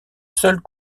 seuls